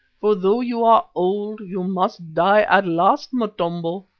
for though you are old you must die at last, motombo.